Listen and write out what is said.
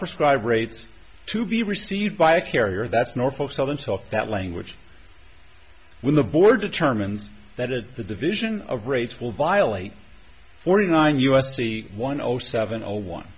prescribe rates to be received by a carrier that's norfolk southern talk that language when the board determines that it the division of rates will violate forty nine u s c one over seven or one